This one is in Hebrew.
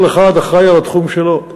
כל אחד אחראי לתחום שלו.